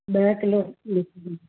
ॾह किलो लिखिजो